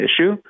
issue